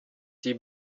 die